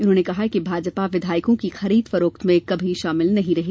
उन्होंने कहा कि भाजपा विधायकों की खरीद फरोख्त में कभी शामिल नहीं रही